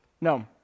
No